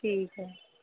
ठीक ऐ